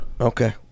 okay